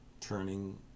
turning